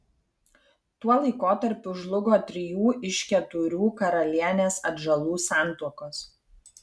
tuo laikotarpiu žlugo trijų iš keturių karalienės atžalų santuokos